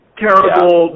terrible